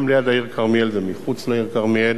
גם ליד העיר כרמיאל זה מחוץ לעיר כרמיאל